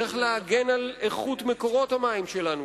צריך להגן על איכות מקורות המים שלנו,